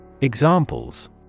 Examples